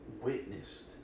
witnessed